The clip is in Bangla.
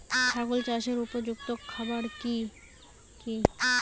ছাগল চাষের উপযুক্ত খাবার কি কি?